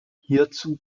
hierzu